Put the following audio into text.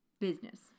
business